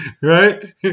Right